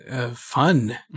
Fun